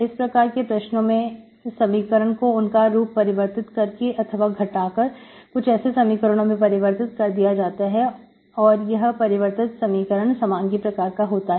इस प्रकार के प्रश्नों में समीकरण को उनका रूप परिवर्तित करके अथवा घटाकर कुछ ऐसे समीकरणों में परिवर्तित कर लिया जाता है और यह परिवर्तित समीकरण समांगी प्रकार का होता है